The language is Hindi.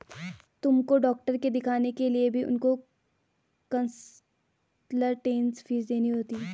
तुमको डॉक्टर के दिखाने के लिए भी उनको कंसलटेन्स फीस देनी होगी